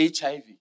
HIV